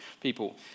people